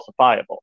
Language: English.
falsifiable